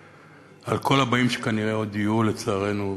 על כל הבאים שכנראה עוד יהיו לצערנו,